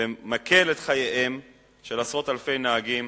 ומקל את חייהם של עשרות אלפי נהגים